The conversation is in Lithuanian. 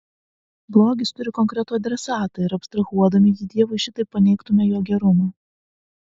blogis turi konkretų adresatą ir abstrahuodami jį dievui šitaip paneigtumėme jo gerumą